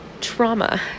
trauma